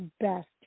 best